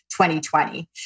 2020